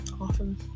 often